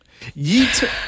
Yeet